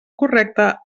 correcte